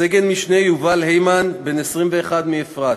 סגן-משנה יובל הימן, בן 21, מאפרת,